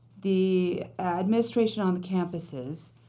the administration on the campuses,